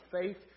faith